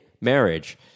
marriage